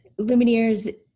Lumineers